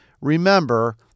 Remember